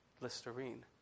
Listerine